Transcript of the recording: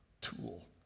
tool